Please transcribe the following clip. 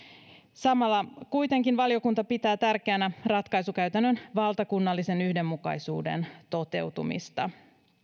samalla kuitenkin valiokunta pitää tärkeänä ratkaisukäytännön valtakunnallisen yhdenmukaisuuden toteutumista